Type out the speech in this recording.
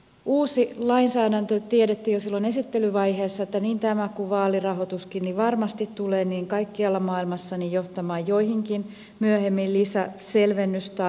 uudesta lainsäädännöstä tiedettiin jo silloin esittelyvaiheessa että niin tämä kuin vaalirahoituskin varmasti tulee kaikkialla maailmassa johtamaan joihinkin myöhempiin lisäselvennystarpeisiin